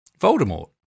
Voldemort